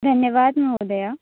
धन्यवादः महोदय